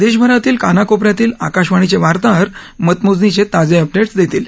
देशभरातील कानाकोप यातील आकाशवाणीचे वार्ताहर मतमोजणी ताजे अपडेट्स देतील